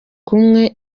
kumwe